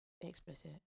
explicit